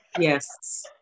Yes